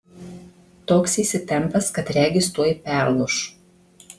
toks įsitempęs kad regis tuoj perlūš